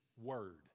word